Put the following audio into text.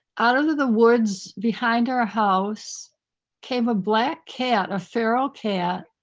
out of the the woods behind our house came a black cat, a feral cat,